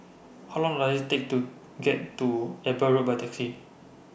How Long Does IT Take to get to Eber Road By Taxi